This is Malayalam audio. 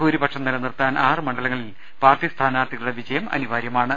ഭൂരിപക്ഷം നിലനിർത്താൻ ആറ് മണ്ഡലങ്ങളിൽ പാർട്ടി സ്ഥാനാർത്ഥികളുടെ വിജയം അനിവാര്യമാ ണ്